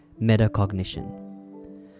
metacognition